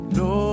no